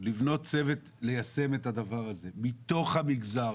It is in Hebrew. לבנות צוות ליישם את הדבר הזה מתוך המגזר,